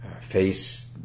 face